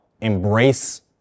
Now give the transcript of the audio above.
Embrace